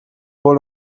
wohl